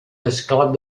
esclat